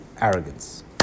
arrogance